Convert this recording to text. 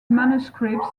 manuscripts